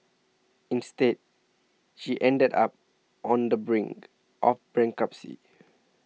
instead she ended up on the brink of bankruptcy